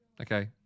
okay